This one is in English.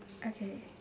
okay